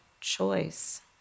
choice